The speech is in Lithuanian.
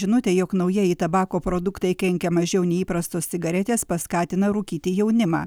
žinutę jog naujieji tabako produktai kenkia mažiau nei įprastos cigaretės paskatina rūkyti jaunimą